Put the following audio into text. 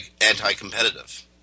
anti-competitive